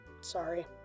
Sorry